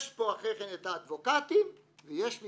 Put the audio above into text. יש פה אחר כך האדבוקטים ויש פה